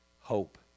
hope